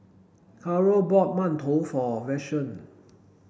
Carrol bought Mantou for Vashon